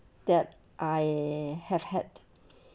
that I have had